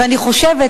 ואני חושבת,